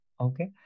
Okay